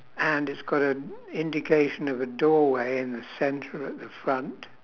and it's got an indication of a doorway in the centre at the front